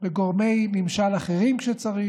בגורמי ממשל אחרים כשצריך,